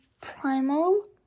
Primal